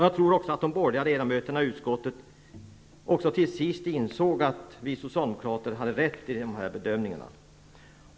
Jag tror också att de borgerliga ledamöterna i utskottet till sist insåg att vi socialdemokrater hade rätt i våra bedömningar.